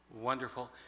Wonderful